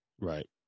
Right